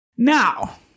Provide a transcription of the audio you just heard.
Now